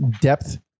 depth